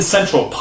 Central